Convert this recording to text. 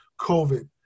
COVID